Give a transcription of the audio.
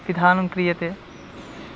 पिधानं क्रियते